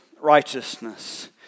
righteousness